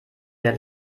der